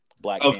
Black